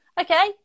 okay